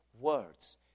words